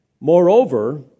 Moreover